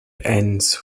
ends